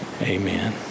Amen